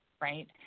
right